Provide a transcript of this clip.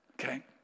okay